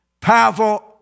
powerful